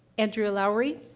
andrea lowry?